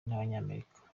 n’abanyamerika